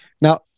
now